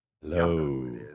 Hello